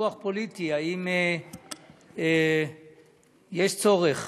ויכוח פוליטי, אם יש צורך